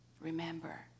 remember